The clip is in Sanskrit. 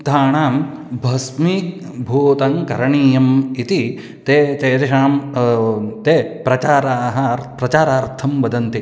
थाणां भस्मीभूतं करणीयम् इति ते तेषां ते प्रचाराः प्रचारार्थं वदन्ति